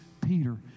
Peter